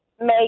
make